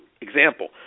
example